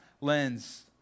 lens